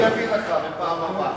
אני אביא לך בפעם הבאה.